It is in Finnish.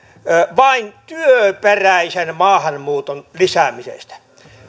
vain työperäisen maahanmuuton lisäämisestä